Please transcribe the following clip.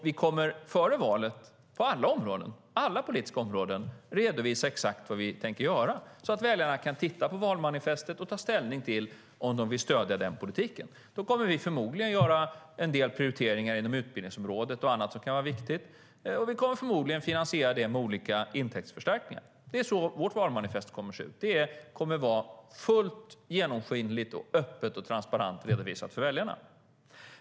Vi kommer att före valet på alla politiska områden redovisa exakt vad vi tänker göra så att väljarna kan titta på valmanifestet och ta ställning till om de vill stödja denna politik. Då kommer vi förmodligen att göra en del prioriteringar inom utbildningsområdet och annat som kan vara viktigt, och vi kommer förmodligen att finansiera det med olika intäktsförstärkningar. Det är så vårt valmanifest kommer att se ut. Det kommer att vara fullt genomskinligt, öppet och transparent redovisat för väljarna.